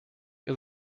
ist